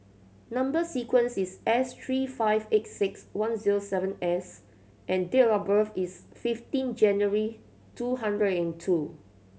number sequence is S three five eight six one zero seven S and date of birth is fifteen January two hundred and two